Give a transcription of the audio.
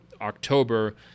October